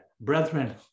brethren